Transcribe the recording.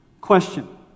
Question